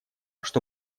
что